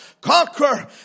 Conquer